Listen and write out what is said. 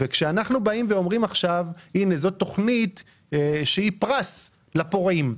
ועכשיו אנחנו באים ונותנים תוכנית שהיא פרס לפורעים.